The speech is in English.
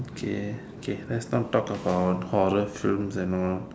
okay k let's not talk about horror films and all